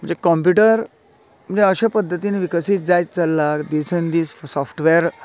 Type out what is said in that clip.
जे computer जे अशें पद्दतीन विकसीत जायत चल्लां की दिसान दीस साॅफ्टवेर